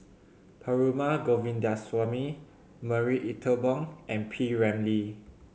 Perumal Govindaswamy Marie Ethel Bong and P Ramlee